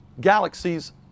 galaxies